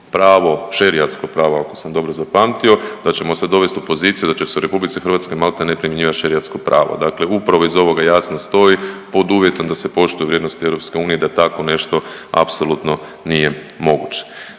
pravo, šerijatsko pravo ako sam dobro zapamtio da ćemo se dovesti u poziciju da će se u RH maltene primjenjivati šerijatsko pravo. Dakle, upravo iza ovoga jasno stoji pod uvjetom da se poštuju vrijednosti EU da tako nešto apsolutno nije moguće.